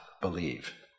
believe